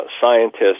scientists